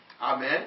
Amen